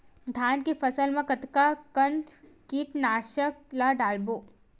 धान के फसल मा कतका कन कीटनाशक ला डलबो?